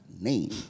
name